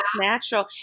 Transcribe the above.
natural